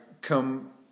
come